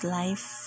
life